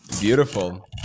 beautiful